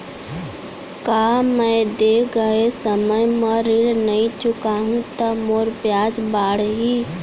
का मैं दे गए समय म ऋण नई चुकाहूँ त मोर ब्याज बाड़ही?